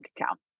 account